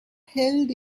held